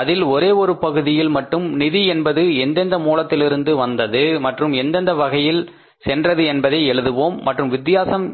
அதில் ஒரே ஒரு பகுதியில் மட்டும் நிதி என்பது எந்தெந்த மூலங்களிலிருந்து வந்தது மற்றும் எந்தெந்த வகையில் சென்றது என்பதை எழுதுவோம் மற்றும் வித்தியாசம்